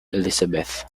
elisabeth